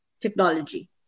technology